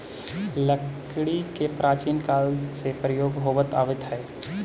लकड़ी के प्राचीन काल से प्रयोग होवित आवित हइ